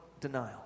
denial